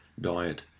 diet